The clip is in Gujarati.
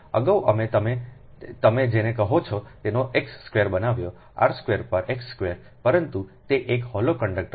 અગાઉ અમે તમે જેને કહો છો તેનો x સ્ક્વેર બનાવ્યો r સ્ક્વેર પર x સ્ક્વેર પરંતુ તે એક હોલો કંડક્ટર છે